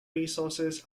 resources